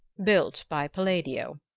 built by palladio.